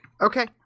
Okay